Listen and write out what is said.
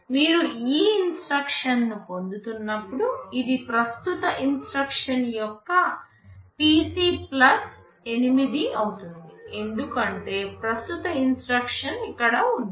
మీరు ఈ ఇన్స్ట్రక్షన్ ను పొందుతున్నప్పుడు ఇది ప్రస్తుత ఇన్స్ట్రక్షన్ యొక్క PC ప్లస్ 8 అవుతుంది ఎందుకంటే ప్రస్తుత ఇన్స్ట్రక్షన్ ఇక్కడ ఉంది